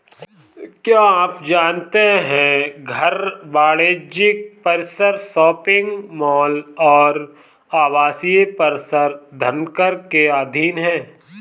क्या आप जानते है घर, वाणिज्यिक परिसर, शॉपिंग मॉल और आवासीय परिसर धनकर के अधीन हैं?